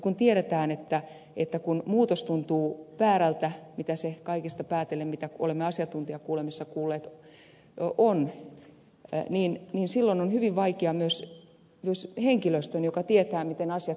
kun tiedetään että kun muutos tuntuu väärältä mitä se siitä päätellen on mitä olemme asiantuntijakuulemisissa kuulleet niin silloin on hyvin vaikeaa myös henkilöstöllä joka tietää miten asiat ovat